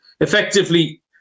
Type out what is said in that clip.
effectively